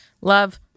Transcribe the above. Love